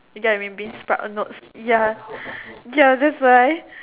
you get what I mean beansprout notes ya ya that's why